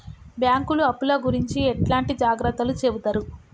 బ్యాంకులు అప్పుల గురించి ఎట్లాంటి జాగ్రత్తలు చెబుతరు?